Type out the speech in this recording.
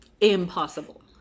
impossible